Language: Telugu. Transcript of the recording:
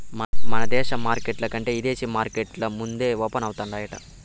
మన దేశ మార్కెట్ల కంటే ఇదేశీ మార్కెట్లు ముందే ఓపనయితాయంట